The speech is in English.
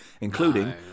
including